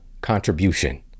contribution